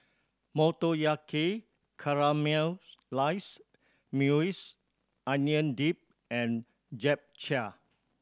Motoyaki Caramelized Maui Onion Dip and Japchae